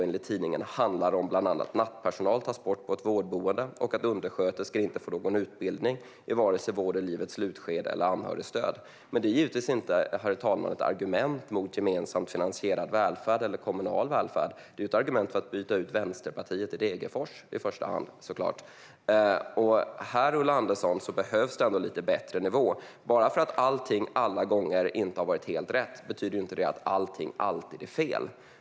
Enligt tidningen handlar det bland annat om att nattpersonal tas bort på ett vårdboende och att undersköterskor inte får någon utbildning i vare sig vård i livets slutskede eller anhörigstöd. Men det är givetvis inte ett argument mot gemensamt finansierad välfärd eller kommunal välfärd, herr talman, utan det är i första hand ett argument för att byta ut Vänsterpartiet i Degerfors. Här, Ulla Andersson, behövs det ändå lite bättre nivå. Att allting inte har varit helt rätt alla gånger betyder inte att allting alltid är fel.